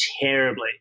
terribly